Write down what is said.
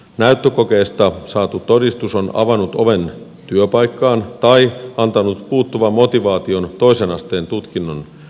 näyttökokeesta saatu todistus on avannut oven työpaikkaan tai antanut puuttuvan motivaation toisen asteen tutkinnon suorittamiseen